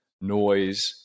noise